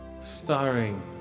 starring